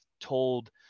told